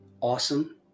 awesome